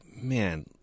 man